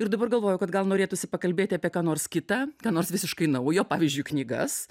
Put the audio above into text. ir dabar galvoju kad gal norėtųsi pakalbėti apie ką nors kita ką nors visiškai naujo pavyzdžiui knygas